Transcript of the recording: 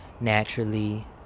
naturally